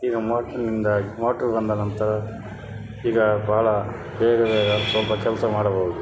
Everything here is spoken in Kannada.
ಈಗ ಮೋಟ್ರಿನಿಂದಾಗಿ ಮೋಟ್ರು ಬಂದ ನಂತರ ಈಗ ಭಾಳ ಬೇಗ ಒಂದು ಸ್ವಲ್ಪ ಕೆಲಸ ಮಾಡಬಹುದು